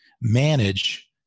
manage